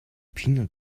peanut